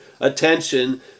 attention